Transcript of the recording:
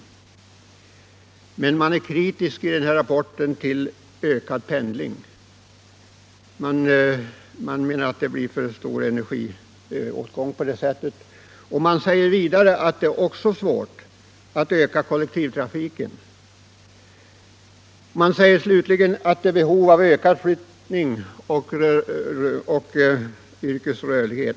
Samtidigt är man i rapporten kritisk emot ökad 3 februari 1976 pendling. Man menar att det medför för stor energiåtgång bl.a. Man — säger vidare att det är svårt att öka kollektivtrafiken. Slutligen säger Om ökad spridning man att det föreligger behov av ökad flyttning, omflyttning och rörlighet.